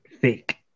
fake